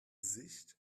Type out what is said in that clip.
sicht